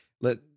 Let